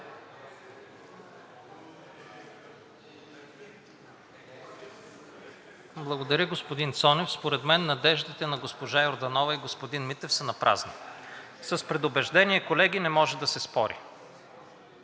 Благодаря, господин Цонев. Според мен надеждите на госпожа Йорданова и господин Митев са напразни. С предубеждение, колеги, не може да се спори.